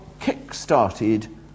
kick-started